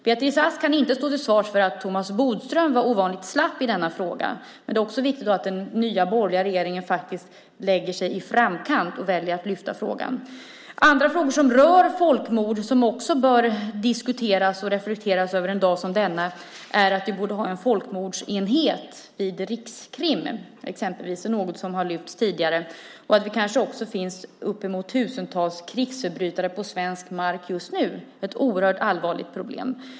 Beatrice Ask kan inte ställas till svars för att Thomas Bodström var ovanligt slapp i denna fråga, men det är viktigt att den nya borgerliga regeringen lägger sig i framkant och väljer att lyfta upp frågan. Andra frågor som rör folkmord och som också bör diskuteras och reflekteras över en dag som denna är exempelvis att vi borde ha en folkmordsenhet vid Rikskrim, något som har lyfts fram tidigare, och att det kanske kan finnas tusentals krigsförbrytare på svensk mark just nu - ett oerhört allvarligt problem.